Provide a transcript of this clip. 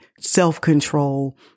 self-control